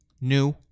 new